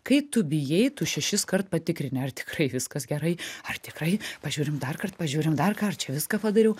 kai tu bijai tu šešiskart patikrini ar tikrai viskas gerai ar tikrai pažiūrim darkart pažiūrim darkart čia viską padariau